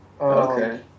Okay